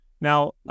Now